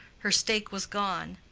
her stake was gone.